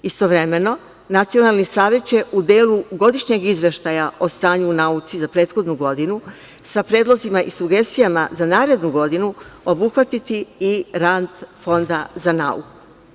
Istovremeno, Nacionalni savet će u delu godišnjeg izveštaja o stanju u nauci za prethodnu godinu sa predlozima i sugestijama za narednu godinu obuhvatiti i rad Fonda za nauku.